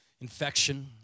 infection